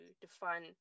define